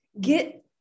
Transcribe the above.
get